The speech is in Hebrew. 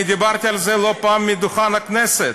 דיברתי על זה לא פעם מעל דוכן הכנסת: